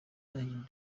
yahinduye